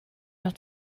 not